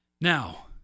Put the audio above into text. Now